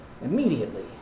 immediately